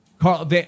Carl